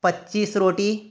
पच्चीस रोटी